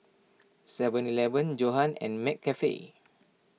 Seven Eleven Johan and McCafe